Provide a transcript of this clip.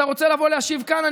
אתה רוצה לבוא להשיב כאן.